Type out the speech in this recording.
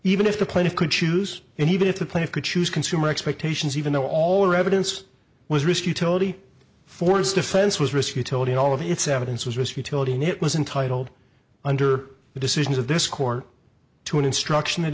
even if the plaintiff could choose and even if the player could choose consumer expectations even though all or evidence was risk utility for its defense was risk utility all of its evidence was risk utility in it wasn't titled under the decisions of this court to an instruction